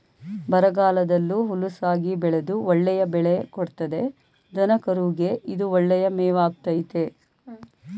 ಬರಗಾಲದಲ್ಲೂ ಹುಲುಸಾಗಿ ಬೆಳೆದು ಒಳ್ಳೆಯ ಬೆಳೆ ಕೊಡ್ತದೆ ದನಕರುಗೆ ಇದು ಒಳ್ಳೆಯ ಮೇವಾಗಾಯ್ತೆ